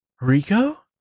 Rico